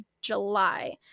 July